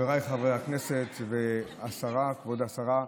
חבריי חברי הכנסת וכבוד השרה,